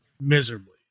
Miserably